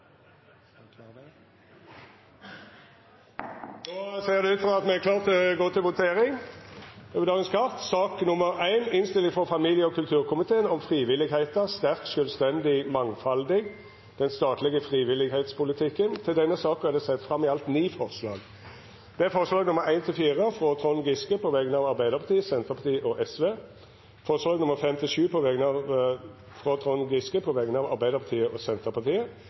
Då ser det ut til at me er klare til å gå til votering. Under debatten er det sett fram i alt ni forslag. Det er forslaga nr. 1–4, frå Trond Giske på vegner av Arbeidarpartiet, Senterpartiet og Sosialistisk Venstreparti forslaga nr. 5–7, frå Trond Giske på vegner av Arbeidarpartiet og Senterpartiet